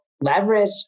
leverage